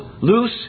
loose